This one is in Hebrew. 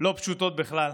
לא פשוטות בכלל.